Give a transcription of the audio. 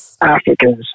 Africans